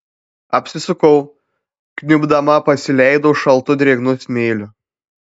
apsisukau kniubdama pasileidau šaltu drėgnu smėliu